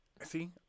see